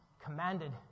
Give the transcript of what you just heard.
commanded